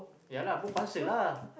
yeah lah both answer lah